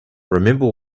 remember